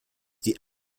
die